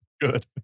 good